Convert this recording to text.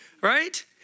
right